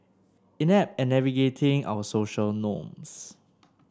inept at navigating our social norms